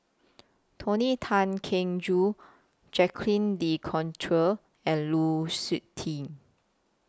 Tony Tan Keng Joo Jacques De Coutre and Lu Suitin